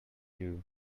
jew